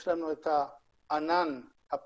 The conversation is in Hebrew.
יש לנו את הענן הפרטי